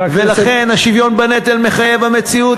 לכן השוויון בנטל מתחייב במציאות,